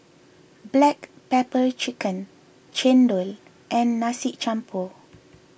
Black Pepper Chicken Chendol and Nasi Campur